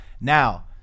Now